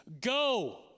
Go